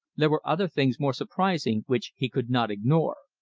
there were other things more surprising which he could not ignore.